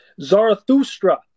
Zarathustra